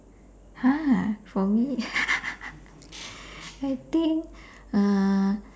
!huh! for me I think uh